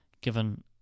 given